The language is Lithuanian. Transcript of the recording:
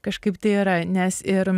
kažkaip tai yra nes ir